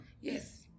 Yes